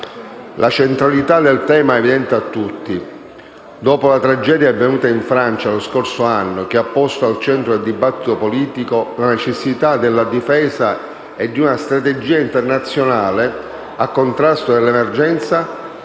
La centralità del tema è evidente a tutti dopo la tragedia avvenuta in Francia lo scorso anno, che ha posto al centro del dibattito politico la necessità della difesa e di una strategia internazionale a contrasto dell'emergere